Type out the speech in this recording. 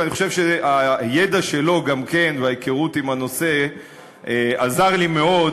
ואני חושב שגם הידע שלו וההיכרות עם הנושא עזרו לי מאוד,